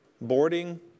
Boarding